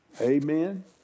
Amen